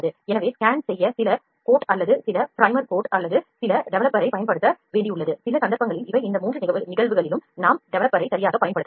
எனவே ஸ்கேன் செய்ய சில கோட் அல்லது சில ப்ரைமர் கோட் அல்லது சில டெவலப்பரைப் பயன்படுத்த வேண்டியுள்ளது சில சந்தர்ப்பங்கள் இவை இந்த 3 நிகழ்வுகளிலும் நாம் டெவலப்பரை சரியாகப் பயன்படுத்தலாம்